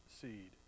seed